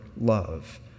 love